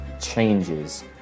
changes